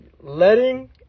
letting